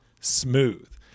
smooth